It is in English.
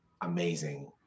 amazing